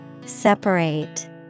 Separate